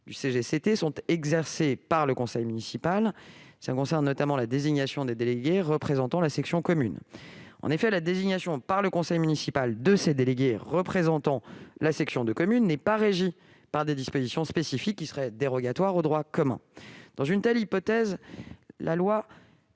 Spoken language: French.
sont exercées par le conseil municipal ; cela concerne notamment la désignation des délégués représentant la section de commune. En effet, la désignation par le conseil municipal de ses délégués représentant la section de commune n'est pas régie par des dispositions spécifiques qui seraient dérogatoires au droit commun. Dans une telle hypothèse, la loi